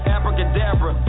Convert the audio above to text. Abracadabra